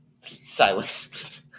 Silence